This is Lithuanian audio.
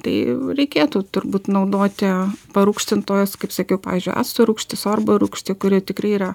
tai reikėtų turbūt naudoti parūgštintojus kaip sakiau pavyzdžiui acto rūgštį sorbo rūgštį kuri tikrai yra